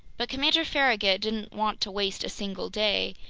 but commander farragut didn't want to waste a single day,